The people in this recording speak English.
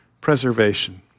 preservation